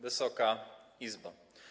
Wysoka Izbo!